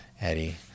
Eddie